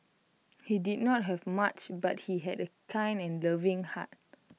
he did not have much but he had A kind and loving heart